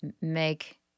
make